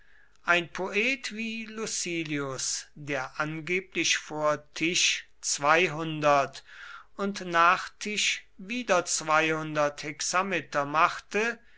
ein poet wie lucilius der angeblich vor tisch zweihundert und nach tisch wieder zweihundert hexameter machte